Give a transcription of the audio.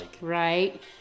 Right